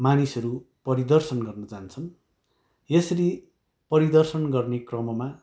मानिसहरू परिदर्शन गर्न जान्छन् यसरी परिदर्शन गर्ने क्रममा